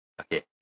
Okay